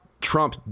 Trump